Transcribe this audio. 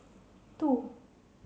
two